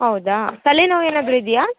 ಹೌದಾ ತಲೆ ನೋವು ಏನಾದರೂ ಇದೆಯಾ